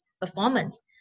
performance